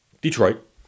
Detroit